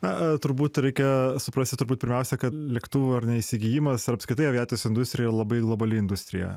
na turbūt reikia suprasti turbūt pirmiausia kad lėktuvų ar ne įsigijimas ar apskritai aviacijos industrija labai globali industrija